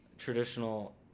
Traditional